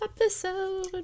episode